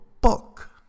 book